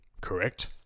correct